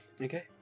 Okay